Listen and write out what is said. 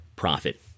Profit